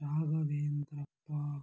Raghavendrappa